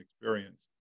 experience